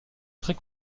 très